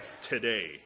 today